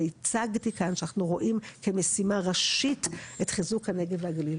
והצגתי כאן שאנחנו רואים כמשימה ראשית את חיזוק הנגב והגליל.